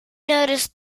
notice